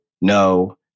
no